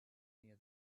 near